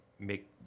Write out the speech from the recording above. make